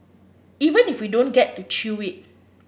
even if we don't get to chew it